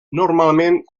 normalment